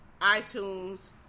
iTunes